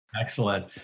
Excellent